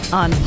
on